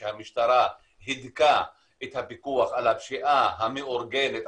כשהמשטרה הידקה את הפיקוח על הפשיעה המאורגנת,